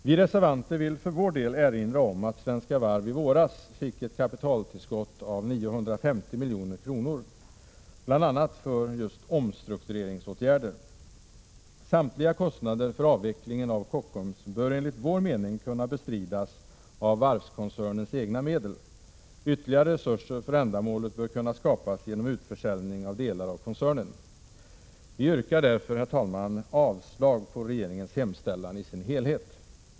Vi reservanter vill för vår del erinra om att Svenska Varv i våras fick ett kapitaltillskott av 950 milj.kr., bl.a. för just omstruktureringsåtgärder. Samtliga kostnader för avvecklingen av Kockums bör enligt vår mening kunna bestridas av varvskoncernens egna medel. Ytterligare resurser för ändamålet bör kunna skapas genom utförsäljning av delar av koncernen. Vi yrkar därför, herr talman, avslag på regeringens hemställan i sin helhet.